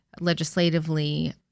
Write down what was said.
legislatively